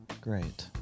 great